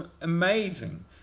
amazing